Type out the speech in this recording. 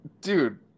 Dude